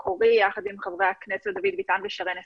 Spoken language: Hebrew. המקורי יחד עם חברי הכנסת דוד ביטן ושרן השכל.